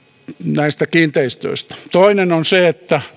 näistä kiinteistöistä toinen on se että